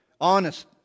Honest